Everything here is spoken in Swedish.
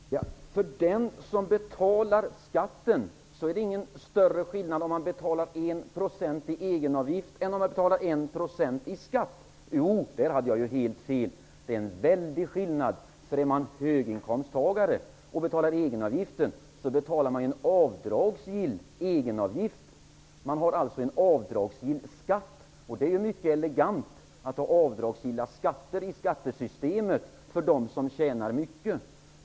Herr talman! Att det för den som betalar pengarna inte är någon större skillnad mellan att betala 1 % i egenavgift och att betala 1 % i skatt är alldeles fel. Det är en väldig skillnad. En höginkomsttagare som betalar egenavgift får göra avdrag för denna. Han har alltså en avdragsgill skatt. Det är mycket elegant att ha avdragsgilla skatter i skattesystemet för dem som tjänar mycket.